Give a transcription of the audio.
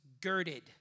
girded